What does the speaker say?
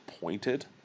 pointed